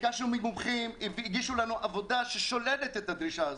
ביקשנו ממומחים והגישו לנו עבודה ששוללת את הדרישה הזאת.